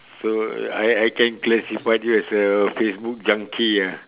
so I I can classified you as a Facebook junkie ah